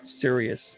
serious